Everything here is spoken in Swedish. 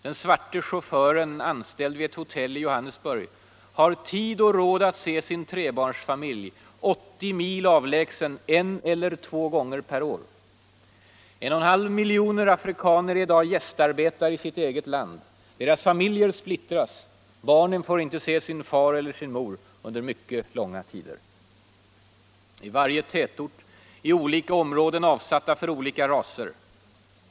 Den svarte chauffören, anställd vid ett hotell i Johannesburg, har tid och råd att se sin trebarnsfamilj, 80 mil avlägsen, en eller två gånger per år. 1 500 000 afrikaner är i dag gästarbetare i sitt eget land. Deras familjer splittras, barnen får inte se sin far eller sin mor under mycket långa tider. I varje tätort är olika områden avsatta för olika raser.